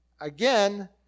Again